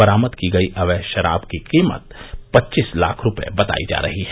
बरामद की गई अवैध शराब की कीमत पच्चीस लाख रूपये बतायी जा रही है